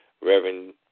Reverend